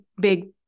big